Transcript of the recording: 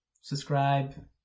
Subscribe